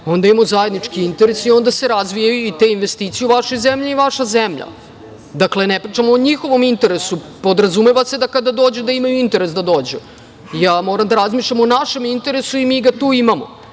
onda imamo zajednički interes i onda se razvijaju i te investicije u vašoj zemlji i vaša zemlja. Ne pričamo o njihovom interesu. Podrazumeva se da kada dođu imaju interes da dođu. Moram da razmišljam o našem interesu i mi ga tu imamo. Samo